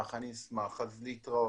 דברים.